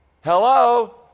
Hello